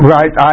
Right